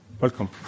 Welcome